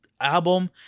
album